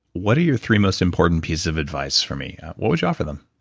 what are your three most important pieces of advice for me? what would you offer them?